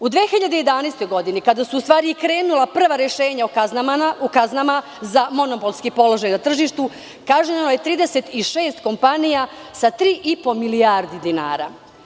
U 2011. godini kada su krenula prva rešenja o kaznama za monopolski položaj na tržištu, kažnjeno je 36 kompanija sa 3,5 milijarde dinara.